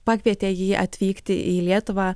pakvietė jį atvykti į lietuvą